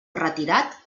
retirat